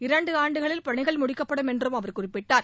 இரண்டாண்டுகளில் பணிகள் முடிக்கப்படும் என்றும் அவர் குறிப்பிட்டார்